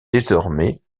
désormais